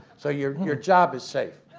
so your your job is safe.